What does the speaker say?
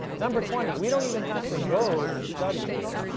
number twenty, we don't even have to go to the study here.